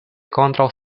kontraŭ